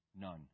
None